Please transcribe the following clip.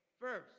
first